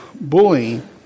bullying